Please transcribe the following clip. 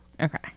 Okay